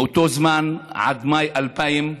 מאותו זמן, עד מאי 2000,